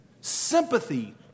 sympathy